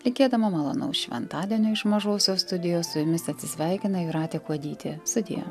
linkėdama malonaus šventadienio iš mažosios studijos su jumis atsisveikina jūratė kuodytė sudie